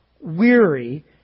weary